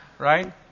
Right